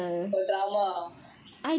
got drama ah